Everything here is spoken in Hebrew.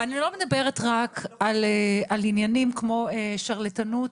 אני לא מדברת רק על עניינים כמו שרלטנות